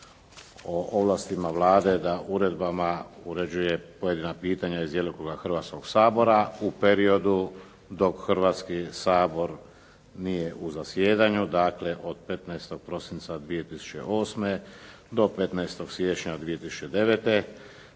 o ovlastima Vlade da uredbama uređuje pojedina pitanja iz djelokruga Hrvatskoga sabora u periodu dok Hrvatski sabor nije u zasjedanju, dakle od 15. prosinca 2008. do 15. siječnja 2009.